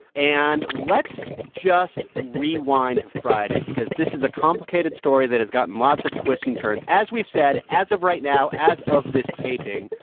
and let's just rewind to friday because this is a complicated story that has gotten lots of twists and turns as we've said, as of right now as of this taping,